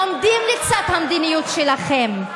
העומדים לצד המדיניות שלכם.